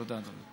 תודה, אדוני.